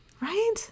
Right